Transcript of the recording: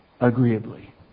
agreeably